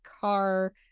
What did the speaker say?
car